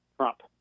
Trump